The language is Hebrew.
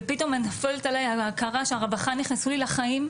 ופתאום נופלת עלי ההכרה שהרווחה נכנסו לי לחיים,